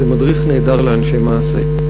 זה מדריך נהדר לאנשי מעשה.